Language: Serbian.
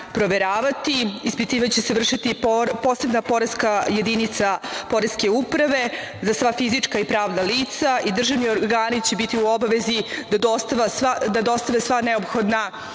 Ispitivanje će vršiti posebna poreska jedinica Poreske uprave za sva fizička pravna lica i državni organi će biti u obavezi da dostave sva neophodna